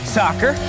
soccer